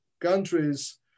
countries